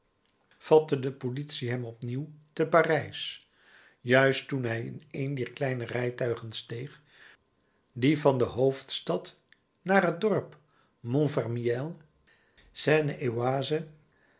vatte de politie hem opnieuw te parijs juist toen hij in een der kleine rijtuigen steeg die van de hoofdstad naar het dorp montfermeil